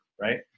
right